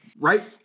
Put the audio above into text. Right